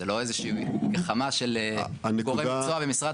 זו לא איזושהי מלחמה של גורמי מקצוע במשרד